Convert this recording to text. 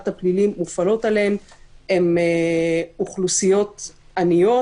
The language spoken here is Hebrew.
הפלילי מופעלות עליהן הן אוכלוסיות עניות.